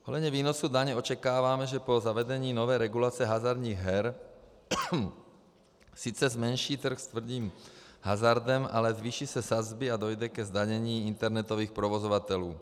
Ohledně výnosu daně očekáváme, že po zavedení nové regulace hazardních her se sice zmenší trh s tvrdým hazardem, ale zvýší se sazby a dojde ke zdanění internetových provozovatelů.